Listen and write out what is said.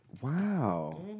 wow